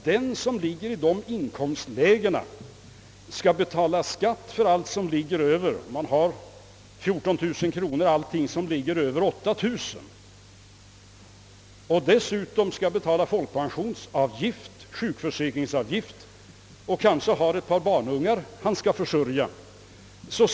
Den som har en inkomst på t.ex. 14 000 kronor skall betala skatt på allt som ligger över 8000 kronor och dessutom betala folkpensionsavgift och sjukförsäkringsavgift. Dessutom kanske han har ett par barnungar att försörja.